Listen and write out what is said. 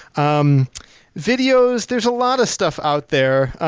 um videos there's a lot of stuff out there.